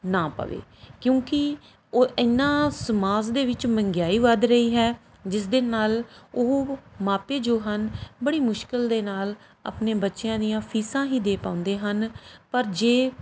ਨਾ ਪਵੇ ਕਿਉਂਕਿ ਉਹ ਐਨਾ ਸਮਾਜ ਦੇ ਵਿੱਚ ਮਹਿੰਗਾਈ ਵੱਧ ਰਹੀ ਹੈ ਜਿਸ ਦੇ ਨਾਲ ਉਹ ਮਾਪੇ ਜੋ ਹਨ ਬੜੀ ਮੁਸ਼ਕਲ ਦੇ ਨਾਲ ਆਪਣੇ ਬੱਚਿਆਂ ਦੀਆਂ ਫੀਸਾਂ ਹੀ ਦੇ ਪਾਉਂਦੇ ਹਨ ਪਰ ਜੇ